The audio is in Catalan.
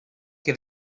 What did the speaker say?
que